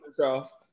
Charles